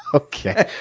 okay,